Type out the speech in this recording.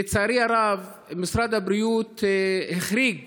לצערי הרב, משרד הבריאות החריג